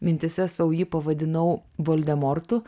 mintyse sau jį pavadinau voldemortu